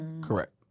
Correct